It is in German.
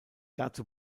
dazu